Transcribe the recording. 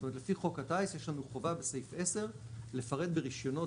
זאת אומרת לפי חוק הטייס יש לנו חובה בסעיף 10 לפרט ברישיונות